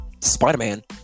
Spider-Man